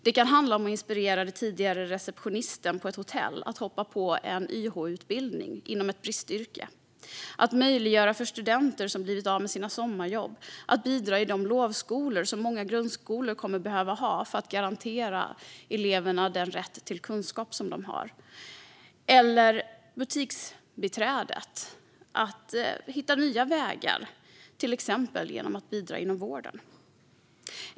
Det kan handla om att inspirera den tidigare receptionisten på ett hotell att hoppa på en YH-utbildning inom ett bristyrke eller om att möjliggöra för studenter som blivit av med sina sommarjobb att bidra i de lovskolor som många grundskolor kommer att behöva ha för att garantera eleverna den kunskap som de har rätt till. Det kan också handla om att hjälpa butiksbiträdet att hitta nya vägar, till exempel genom att personen bidrar inom vården.